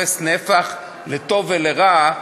ותופס נפח, לטוב ולרע.